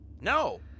No